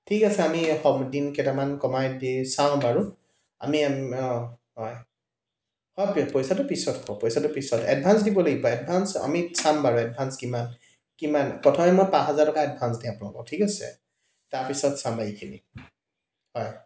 ঠিক আছে আমি সম দিন কেইটামান কমাই দি চাওঁ বাৰু আমি হয় হয় পইচাটো পিছত হ'ব পইচাটো পিছত এডভান্স দিব লাগিব এডভান্স আমি চাম বাৰু এডভান্স কিমান কিমান প্ৰথমে মই পাঁচ হাজাৰ টকা এডভান্স দিম আপোনালোকক ঠিক আছে তাৰপিছত চাম বাকীখিনি হয়